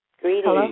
Greetings